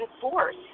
force